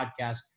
podcast